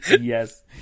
Yes